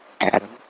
Adam